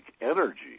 energy